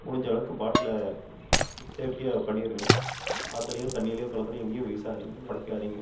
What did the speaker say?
முடிஞ்சளவுக்கு பாட்டில் சேஃப்டியாக பண்ணியிருங்க ஆற்றுலையோ தண்ணிலேயோ குளத்துலையும் எங்கேயும் வீசாதிங்க உடைக்காதீங்க